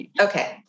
Okay